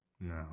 No